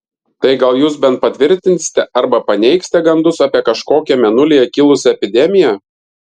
tai gal jūs bent patvirtinsite arba paneigsite gandus apie kažkokią mėnulyje kilusią epidemiją